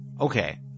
Okay